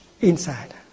inside